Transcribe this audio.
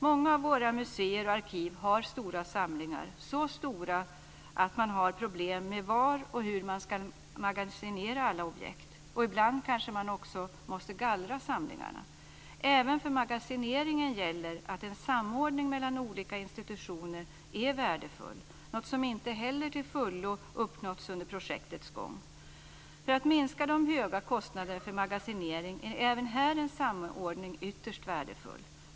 Många av våra museer och arkiv har stora samlingar, så stora att man har problem med var och hur man ska magasinera alla objekt. Och ibland kanske man också måste gallra samlingarna. Även för magasineringen gäller att en samordning mellan olika institutioner är värdefull, något som inte heller till fullo uppnåtts under projektets gång. För att minska de höga kostnaderna för magasinering är även här en samordning ytterst värdefull.